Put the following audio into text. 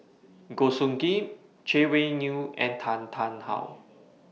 Goh Soo Khim Chay Weng Yew and Tan Tarn How